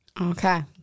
Okay